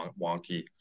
wonky